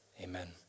amen